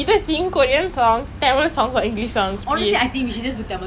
eh honestly K pop is nice lah you just need to like find the right [one] and explore it